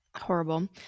Horrible